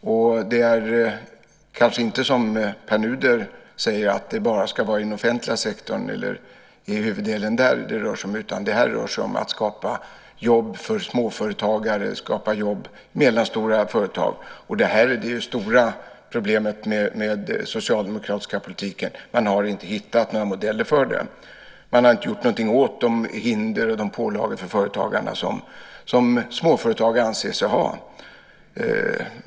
Och det kanske inte handlar om, som Pär Nuder säger, att det bara eller till huvuddelen ska vara i den offentliga sektorn, utan det handlar om att skapa jobb i små och medelstora företag. Detta är ju det stora problemet med den socialdemokratiska politiken: Man har inte hittat några modeller för det. Man har inte gjort någonting åt de hinder och de pålagor som småföretagarna anser sig ha.